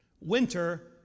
Winter